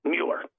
Mueller